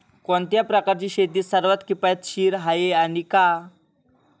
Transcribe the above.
कोणत्या प्रकारची शेती सर्वात किफायतशीर आहे आणि का?